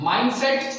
Mindset